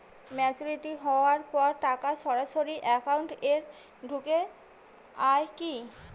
Maturity হওয়ার পর টাকা সরাসরি একাউন্ট এ ঢুকে য়ায় কি?